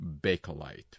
Bakelite